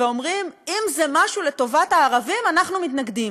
ואומרים: אם זה משהו לטובת הערבים, אנחנו מתנגדים.